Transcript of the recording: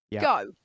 go